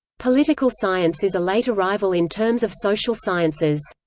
political science is a late arrival in terms of social sciences.